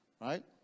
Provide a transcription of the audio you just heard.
Right